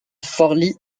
forlì